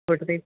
കൂട്ടത്തിൽ